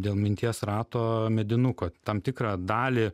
dėl minties rato medinuko tam tikrą dalį